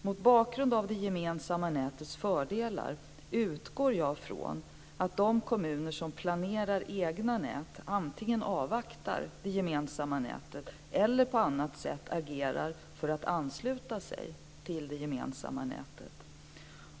Mot bakgrund av det gemensamma nätets fördelar utgår jag från att de kommuner som planerar egna nät antingen avvaktar det gemensamma nätet eller på annat sätt agerar för att ansluta sig till det gemensamma nätet.